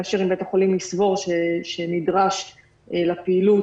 כאשר בית החולים יסבור שנדרשת הבדיקה